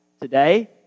today